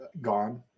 Gone